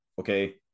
Okay